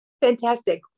fantastic